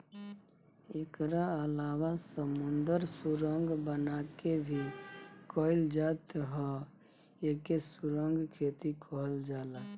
एकरा अलावा समुंदर सुरंग बना के भी कईल जात ह एके सुरंग खेती कहल जाला